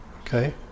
okay